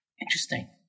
Interesting